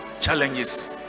challenges